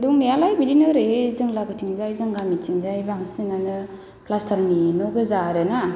दंनायालाय बिदिनो एरै जों लागोथिंजाय जों गामिथिंजाय बांसिनानो फ्लासथारनि न' गोजा आरोना